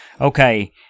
Okay